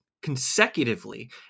consecutively